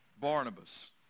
Barnabas